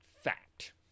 fact